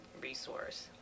resource